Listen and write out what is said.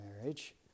marriage